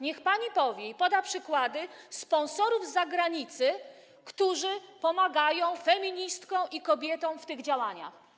Niech pani poda przykłady sponsorów z zagranicy, którzy pomagają feministkom i kobietom w tych działaniach.